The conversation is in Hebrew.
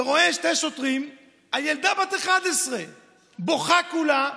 ורואה שני שוטרים על ילדה בת 11. בוכה כולה,